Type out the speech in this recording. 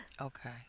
Okay